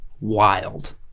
wild